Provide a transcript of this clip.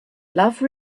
love